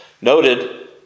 noted